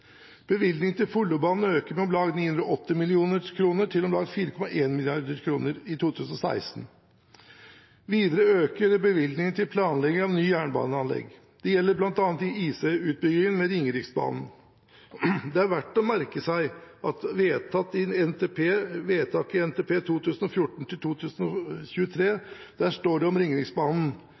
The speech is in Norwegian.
til Follobanen øker med om lag 980 mill. kr til om lag 4,1 mrd. kr i 2016. Videre øker bevilgningene til planlegging av nye jernbaneanlegg. Det gjelder bl.a. IC-utbyggingen med Ringeriksbanen. Det er verdt å merke seg at i vedtatt NTP 2014–2023 står det om Ringeriksbanen: «Det settes av 1,5 mrd. kr til planlegging og oppstart av Ringeriksbanen